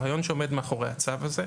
הרעיון שעומד מאחורי הצו הזה,